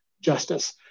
justice